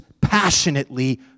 passionately